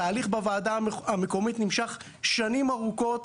התהליך בוועדה המקומית נמשך שנים ארוכות,